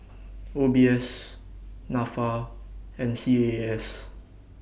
O B S Nafa and C A A S